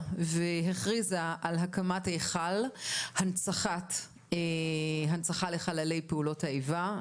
והכריזה על הקמת היכל הנצחה לחללי פעולות האיבה,